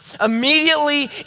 Immediately